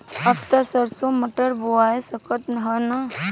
अब त सरसो मटर बोआय सकत ह न?